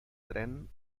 tren